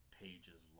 pages